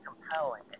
compelling